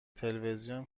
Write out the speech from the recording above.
تلویزیون